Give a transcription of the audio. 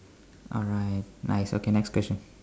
alright nice okay next question